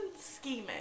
scheming